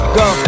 go